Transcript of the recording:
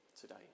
today